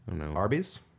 Arby's